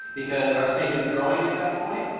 because our snake is growing at that point.